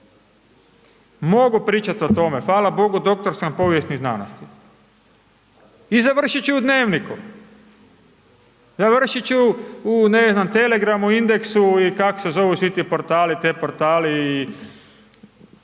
Mogu pričati o tome, hvala Bogu, doktor sam povijesnih znanosti i završiti ću u Dnevniku. Završiti ću u ne znam Telegramu, Indexu i kako se zovu svi ti portali T-portali